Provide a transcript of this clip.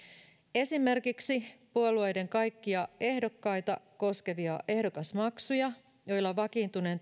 esimerkiksi puolueiden kaikkia ehdokkaita koskevia ehdokasmaksuja joilla vakiintuneen